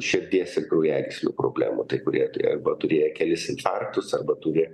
širdies ir kraujagyslių problemų tai kurie arba turėję kelis infarktus arba turi